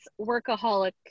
workaholic